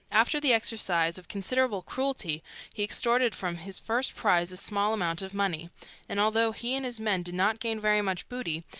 after the exercise of considerable cruelty he extorted from his first prize a small amount of money and although he and his men did not gain very much booty,